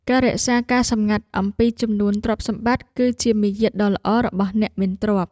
ការរក្សាការសម្ងាត់អំពីចំនួនទ្រព្យសម្បត្តិ គឺជាមារយាទដ៏ល្អរបស់អ្នកមានទ្រព្យ។